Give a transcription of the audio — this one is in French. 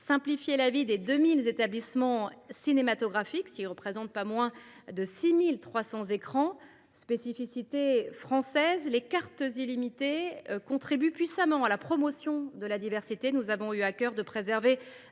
simplification de la vie des 2 000 établissements cinématographiques, lesquels ne représentent pas moins de 6 300 écrans. Spécificité française, les cartes illimitées contribuent puissamment à la promotion de la diversité. Nous avons eu à cœur de préserver